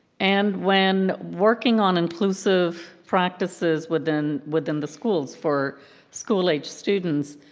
and when working on inclusive practices within within the schools for school-age students,